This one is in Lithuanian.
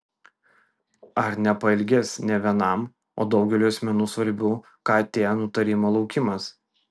ar nepailgės ne vienam o daugeliui asmenų svarbių kt nutarimų laukimas